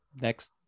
next